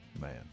Man